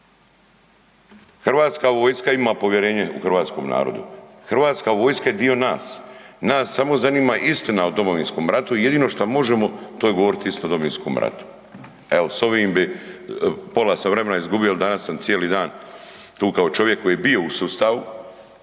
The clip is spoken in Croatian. Hrvatska vojska ima povjerenje u hrvatskom narodu. Hrvatska vojska je dio nas. Nas samo zanima istina o Domovinskom ratu i jedino šta možemo, to je govoriti istinu o Domovinskom ratu. Evo s ovim bi, pola sam vremena izgubio jer danas sam cijeli dan tu kao čovjek koji je bio u sustavu